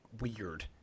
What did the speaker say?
weird